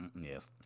yes